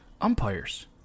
umpires